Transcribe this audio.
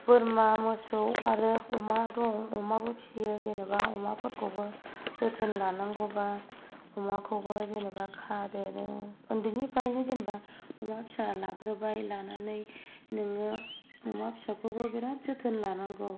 बोरमा मोसौ आरो अमा दं अमाबो फिसियो जेनेबा अमाफोरखौबो जोथोन लानांगौब्ला अमाखौबो जेनेबा खादोनो उन्दैनिफ्रायनो जेनेबा अमा लाग्रोबाय लानानै नोङो अमा फिसाखौबो बिराद जोथोन लानांगौ